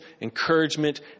encouragement